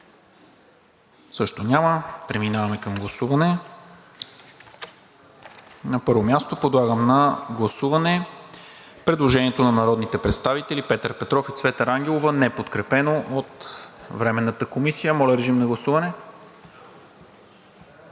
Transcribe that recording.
Също няма. Преминаваме към гласуване. На първо място, подлагам на гласуване предложението на народните представители Петър Петров и Цвета Рангелова, неподкрепено от Временната комисия. Гласували